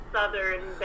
Southern